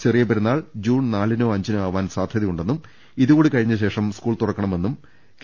ചെറിയ പെരുന്നാൾ ജൂൺ നാലിനോ അഞ്ചിനോ ആവാൻ സാധ്യതയുണ്ടെന്നും ഇതുകൂടി കഴിഞ്ഞ ശേഷം സ്കൂൾ തുറക്കണമെന്നും കെ